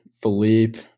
Philippe